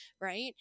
right